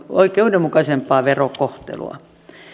oikeudenmukaisempaa verokohtelua